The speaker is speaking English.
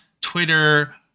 Twitter